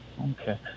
Okay